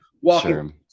walking